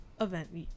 Event